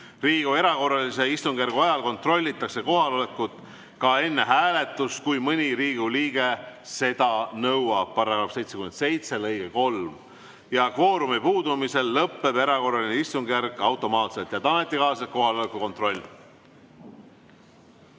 Riigikogu erakorralise istungjärgu ajal kontrollitakse kohalolekut ka enne hääletust, kui mõni Riigikogu liige seda nõuab –§ 77 lõige 3. Kvoorumi puudumisel lõpeb erakorraline istungjärk automaatselt. Head ametikaaslased, kohaloleku kontroll.